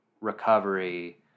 recovery